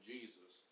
Jesus